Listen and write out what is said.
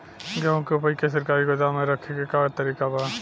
गेहूँ के ऊपज के सरकारी गोदाम मे रखे के का तरीका बा?